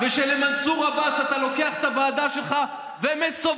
למנסור עבאס אתה לוקח את הוועדה שלך ומסובב